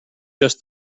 just